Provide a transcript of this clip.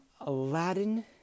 Aladdin